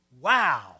Wow